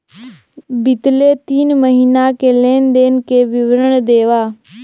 बितले तीन महीना के लेन देन के विवरण देवा?